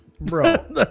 Bro